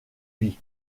vie